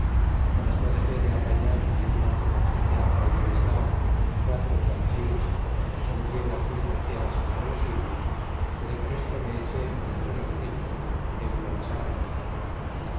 mas no dexé de apañar de una petaquilla que allí estaba quatro chalchihuis que son piedras muy preciadas entre los indios que depresto me eche entre los pechos entre las armas